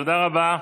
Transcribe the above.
תודה רבה.